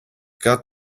got